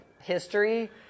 history